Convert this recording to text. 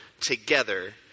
together